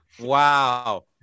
wow